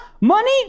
Money